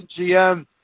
GM